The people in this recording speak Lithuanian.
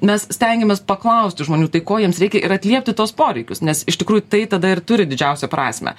mes stengiamės paklausti žmonių tai ko jiems reikia ir atliepti tuos poreikius nes iš tikrųjų tai tada ir turi didžiausią prasmę